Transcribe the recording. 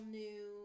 new